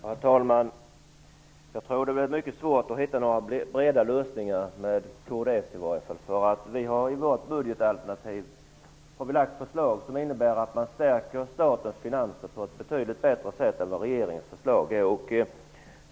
Herr talman! Jag tror att det blir mycket svårt att hitta några breda lösningar med kds. I vårt budgetalternativ har vi lagt fram förslag som innebär att statens finanser stärks på ett betydligt bättre sätt än genom regeringens förslag.